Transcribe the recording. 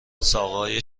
ساقههای